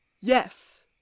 yes